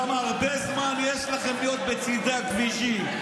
למה הרבה זמן יש לכם להיות בצידי הכבישים,